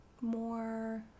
more